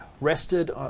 rested